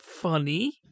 funny